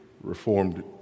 Reformed